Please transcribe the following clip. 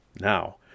Now